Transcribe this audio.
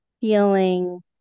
feeling